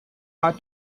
hard